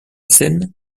seine